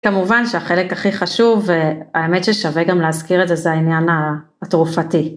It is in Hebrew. כמובן, שהחלק הכי חשוב והאמת ששווה גם להזכיר את זה זה העניין התרופתי.